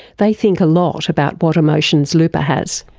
they think a lot about what emotions lupa has.